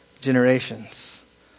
generations